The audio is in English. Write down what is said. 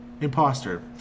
Imposter